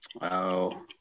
Wow